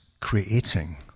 creating